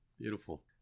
Beautiful